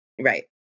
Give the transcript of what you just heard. Right